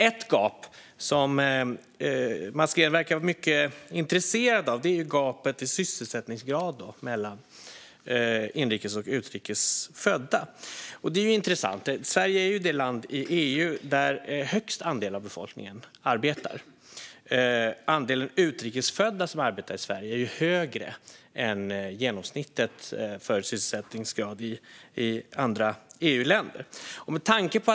Ett gap som Mats Green dock verkar vara mycket intresserad av är gapet i sysselsättningsgrad mellan inrikes och utrikes födda. Det är intressant. Sverige är det land i EU där störst andel av befolkningen arbetar. Andelen utrikes födda som arbetar i Sverige är större än genomsnittet för sysselsättningsgrad i andra EU-länder.